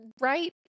right